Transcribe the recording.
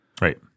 Right